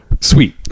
sweet